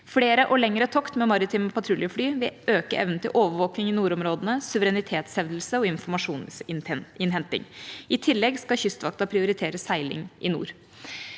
Flere og lengre tokt med maritime patruljefly vil øke evnen til overvåking i nordområdene, suverenitetshevdelse og informasjonsinnhenting. I tillegg skal Kystvakten prioritere seiling i nord.